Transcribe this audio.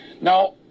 Now